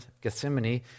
Gethsemane